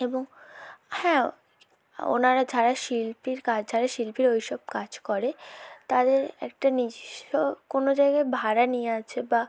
এবং হ্যাঁ ওনারা যারা শিল্পীর কাজ জানে যারা শিল্পীর ওই সব কাজ করে তাদের একটা নিজস্ব কোনো জায়গায় ভাড়া নিয়ে আছে বা